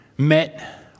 Met